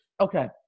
Okay